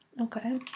Okay